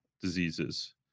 diseases